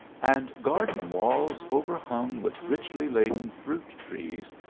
and garden walls over hung with richly laden fruit trees,